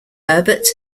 herbert